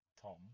Tom